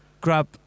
grab